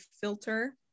filter